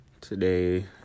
today